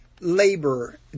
Labor